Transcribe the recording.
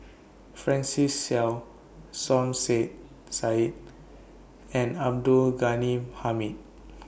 Francis Seow Som Say Said and Abdul Ghani Hamid